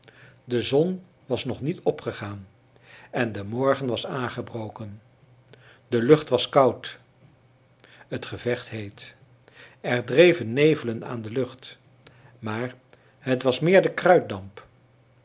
de zon was nog niet opgegaan en de morgen was aangebroken de lucht was koud het gevecht heet er dreven nevelen aan de lucht maar het was meer de kruitdamp